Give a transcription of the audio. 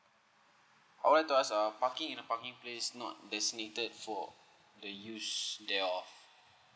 I would like to ask uh parking in a parking place not designated for the use day of